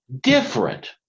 different